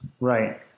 Right